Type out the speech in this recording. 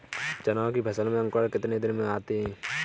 चना की फसल में अंकुरण कितने दिन में आते हैं?